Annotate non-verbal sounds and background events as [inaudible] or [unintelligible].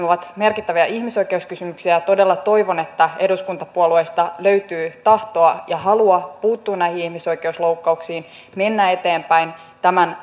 [unintelligible] ovat merkittäviä ihmisoikeuskysymyksiä ja todella toivon että eduskuntapuolueista löytyy tahtoa ja halua puuttua näihin ihmisoikeusloukkauksiin mennä eteenpäin tämän [unintelligible]